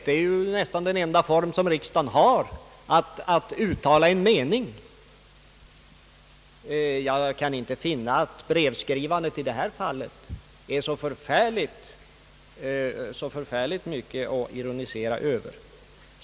Det är ju nästan den enda form riksdagen har att uttala en mening. Jag kan inte finna att brevskrivandet i detta fall är så mycket att ironisera över.